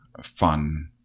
fun